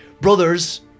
brothers